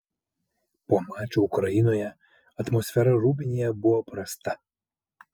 po mačo ukrainoje atmosfera rūbinėje buvo prasta